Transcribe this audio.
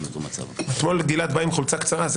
אתמול גלעד בא עם חולצה קצרה,